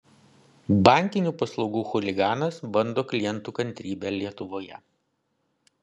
bankinių paslaugų chuliganas bando klientų kantrybę lietuvoje